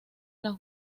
las